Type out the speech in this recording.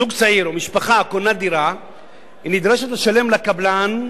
זוג צעיר או משפחה, הם נדרשים לשלם לקבלן,